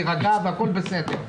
תירגע והכול בסדר.